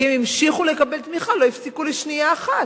כי הם המשיכו לקבל תמיכה ולא הפסיקו לשנייה אחת.